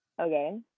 Okay